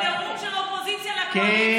זה נאום של אופוזיציה לקואליציה.